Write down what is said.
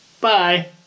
bye